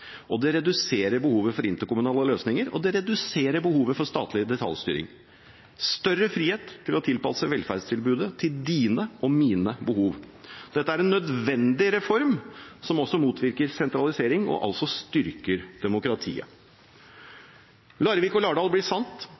selvstyre. Det reduserer behovet for interkommunale løsninger, og det reduserer behovet for statlig detaljstyring – større frihet til å tilpasse velferdstilbudet til dine og mine behov. Dette er en nødvendig reform som motvirker sentralisering og styrker demokratiet. Larvik og Lardal blir sant.